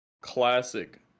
classic